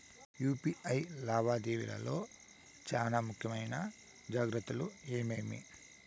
UPI లావాదేవీల లో చానా ముఖ్యమైన జాగ్రత్తలు ఏమేమి?